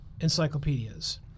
Encyclopedias